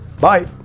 Bye